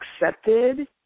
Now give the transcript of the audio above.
accepted